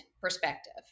perspective